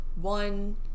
one